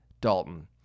Dalton